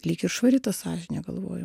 lyg ir švari ta sąžinė galvoju